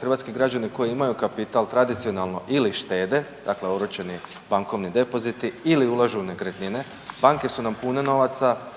hrvatski građani koji imaju kapital tradicionalno ili štede, dakle oročeni bankovni depoziti ili ulažu u nekretnine. Banke su nam pune novaca,